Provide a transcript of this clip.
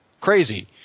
crazy